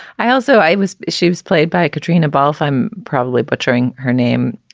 i also i was she was played by katrina volf i'm probably butchering her name.